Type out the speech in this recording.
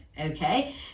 okay